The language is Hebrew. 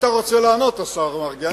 אתה רוצה לענות, השר מרגי.